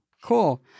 Cool